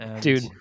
Dude